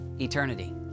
eternity